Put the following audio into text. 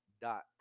Dot